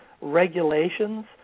regulations